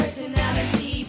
Personality